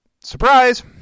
surprise